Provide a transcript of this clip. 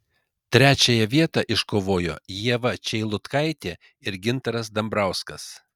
trečiąją vietą iškovojo ieva čeilutkaitė ir gintaras dambrauskas